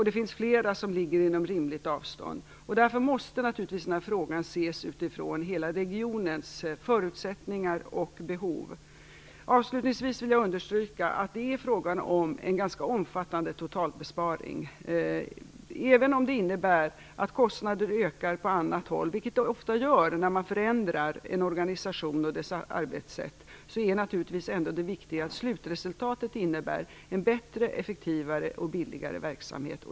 Det finns flera häkten som ligger inom rimligt avstånd. Därför måste denna fråga naturligtvis ses utifrån hela regionens förutsättningar och behov. Avslutningsvis vill jag understryka att det är frågan om en ganska omfattande totalbesparing. Även om det innebär att kostnader ökar på annat håll, vilket ofta sker när man förändrar en organisation och dess arbetssätt, är det viktiga naturligtvis ändå att slutresultatet innebär en bättre, effektivare och billigare verksamhet.